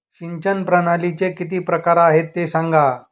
सिंचन प्रणालीचे किती प्रकार आहे ते सांगा